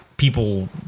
people